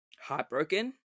heartbroken